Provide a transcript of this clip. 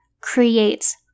creates